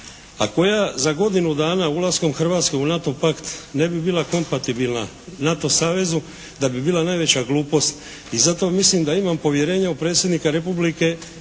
koja za godinu dana ulaskom Hrvatske u NATO pakt ne bi bila kompatibilna NATO savezu da bi bila najveća glupost i zato mislim da imam povjerenje u Predsjednika Republike,